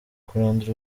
kurandura